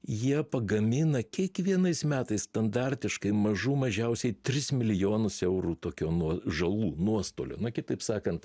jie pagamina kiekvienais metais standartiškai mažų mažiausiai tris milijonus eurų tokio nuo žalų nuostolio na kitaip sakant